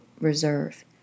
reserve